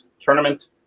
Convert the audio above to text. tournament